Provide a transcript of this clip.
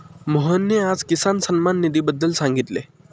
मोहनने आज किसान सन्मान निधीबद्दल सांगितले